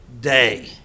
day